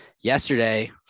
Yesterday